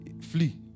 Flee